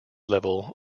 level